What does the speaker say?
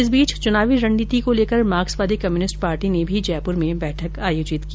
इस बीच चुनावी रणनीति को लेकर मार्क्सवादी कम्युनिष्ट पार्टी ने भी जयपुर में बैठक आयोजित की